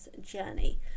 journey